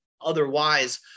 otherwise